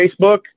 Facebook